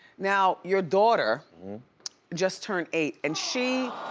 now your daughter just turned eight and she,